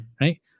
right